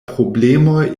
problemoj